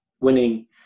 winning